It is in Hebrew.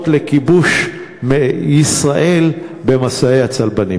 אות לכיבוש ישראל במסעי הצלבנים.